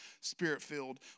spirit-filled